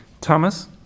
thomas